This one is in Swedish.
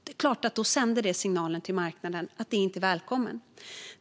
Det är klart att detta sänder en signal till marknaden om att kärnkraften inte är välkommen.